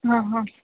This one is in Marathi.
हां हां